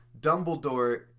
Dumbledore